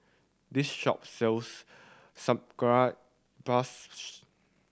this shop sells